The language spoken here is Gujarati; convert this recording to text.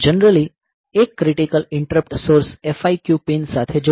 જનરલી એક critical interrupt source FIQ pin સાથે જોડાયેલ છે